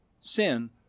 sin